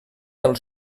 del